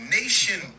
nation